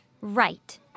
Right